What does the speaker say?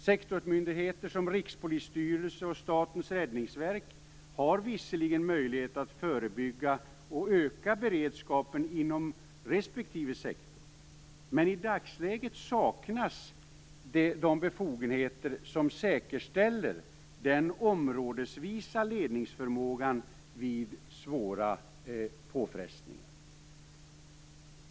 Sektorsmyndigheter som Rikspolisstyrelsen och Statens räddningsverk har visserligen möjligheter att förebygga och öka beredskapen inom respektive sektor. Men i dagsläget saknas de befogenheter som säkerställer den områdesvisa ledningsförmågan vid svåra påfrestningar.